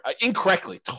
incorrectly